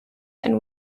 and